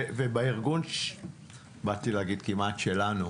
אני רק רוצה להגיד משפט אחד לסיום.